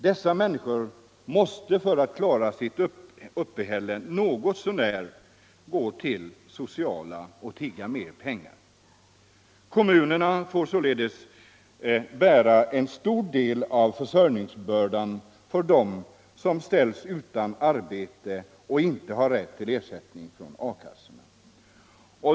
Dessa människor måste för att klara sitt uppehälle något så när gå till det sociala och tigga mer pengar. Kommunerna får således bära en stor del av försörjningsbördan för dem som ställs utan arbete och inte har rätt till ersättning från a-kassorna.